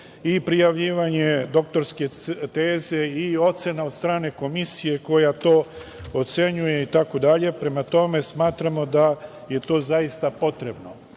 prijavljivanje doktorske teze i ocena od strane komisije koja to ocenjuje itd. Prema tome, smatramo da je to zaista potrebno. Takođe,